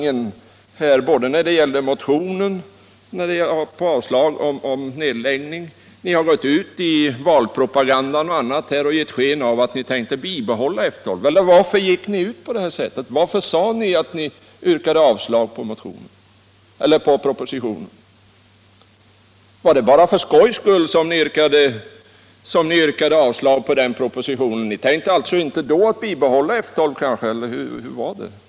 Såväl i motionen med yrkande om avslag på nedläggning som i valpropagandan och i andra sammanhang har ni givit sken av att ni tänkte bibehålla F 12. Varför yrkade ni avslag på propositionen? Var det bara för skojs skull som ni gjorde det? Ni tänkte alltså inte bibehålla F 12, eller hur var det?